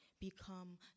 become